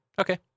Okay